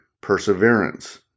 perseverance